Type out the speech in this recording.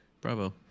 Bravo